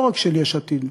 לא רק של יש עתיד,